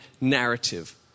narrative